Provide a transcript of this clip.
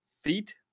feet